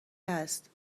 هست